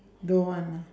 don't want ah